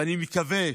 ואני מקווה,